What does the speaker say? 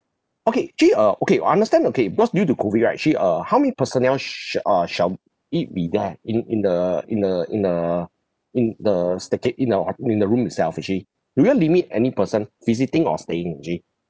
okay actually uh okay understand okay because due to COVID right actually uh how many personnel sha~ uh shall it be there in in the in the in the in the stay cay in the hot~ in the room itself actually will you all limit any person visiting or staying actually